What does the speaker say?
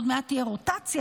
עוד מעט תהיה רוטציה.